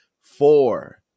four